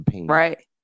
right